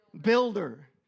builder